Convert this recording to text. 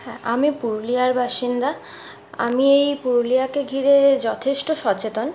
হ্যাঁ আমি পুরুলিয়ার বাসিন্দা আমি এই পুরুলিয়াকে ঘিরে যথেষ্ট সচেতন